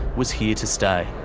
was here to stay.